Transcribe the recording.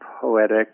poetic